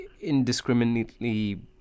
indiscriminately